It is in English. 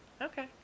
Okay